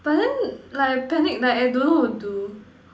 but then like I panic like I don't know how to do